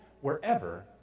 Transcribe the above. wherever